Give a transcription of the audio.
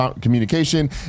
communication